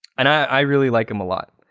and i really like them a lot.